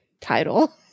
title